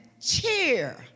cheer